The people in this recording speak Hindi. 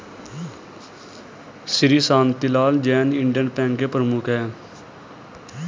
श्री शांतिलाल जैन इंडियन बैंक के प्रमुख है